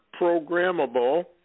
programmable